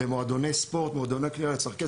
במועדוני ספורט ומועדוני קליעה לצורכי